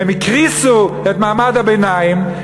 הם "הקריסו" את מעמד הביניים,